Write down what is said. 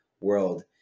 world